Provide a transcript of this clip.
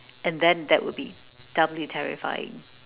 and then that would be doubly terrifying